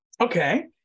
okay